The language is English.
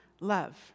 love